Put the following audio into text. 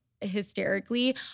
hysterically